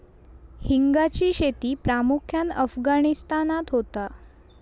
हिंगाची शेती प्रामुख्यान अफगाणिस्तानात होता